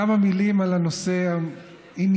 כמה מילים על הנושא הענייני.